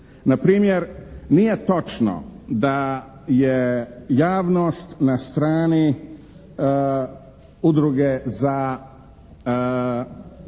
Na primjer, nije točno da je javnost na strani Hrvatske